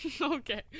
Okay